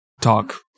talk